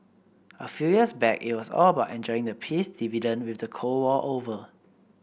a few years back it was all about enjoying the peace dividend with the Cold War over